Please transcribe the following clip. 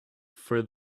for